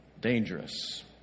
dangerous